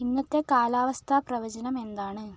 ഇന്നത്തെ കാലാവസ്ഥ പ്രവചനം എന്താണ്